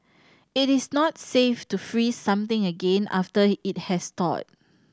it is not safe to freeze something again after it has thawed